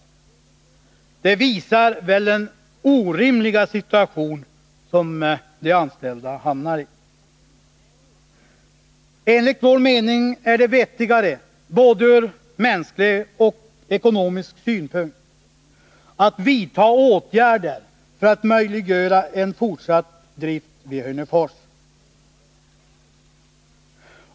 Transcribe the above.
Det visar väl den orimliga situation som de anställda hamnar i. Enligt vår mening är det vettigare ur både mänsklig och ekonomisk synpunkt att vidta åtgärder för att möjliggöra en fortsatt drift i Hörnefors.